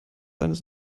eines